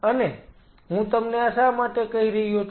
અને હું તમને આ શા માટે કહી રહ્યો છું